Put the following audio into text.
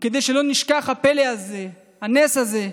וכדי שלא נשכח: הפלא הזה, הנס הזה,